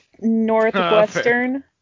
Northwestern